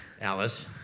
Alice